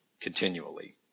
continually